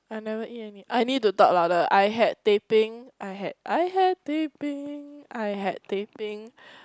I never eat any I need to talk louder I had Teh-Ping I had I had Teh-Ping I had Teh-Ping